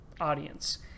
audience